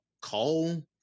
call